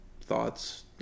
thoughts